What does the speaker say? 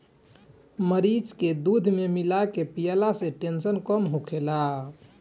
मरीच के दूध में मिला के पियला से टेंसन कम होखेला